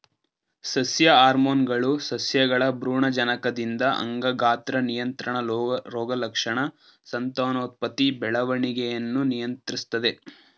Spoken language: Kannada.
ಸಸ್ಯ ಹಾರ್ಮೋನ್ಗಳು ಸಸ್ಯಗಳ ಭ್ರೂಣಜನಕದಿಂದ ಅಂಗ ಗಾತ್ರ ನಿಯಂತ್ರಣ ರೋಗಲಕ್ಷಣ ಸಂತಾನೋತ್ಪತ್ತಿ ಬೆಳವಣಿಗೆಯನ್ನು ನಿಯಂತ್ರಿಸ್ತದೆ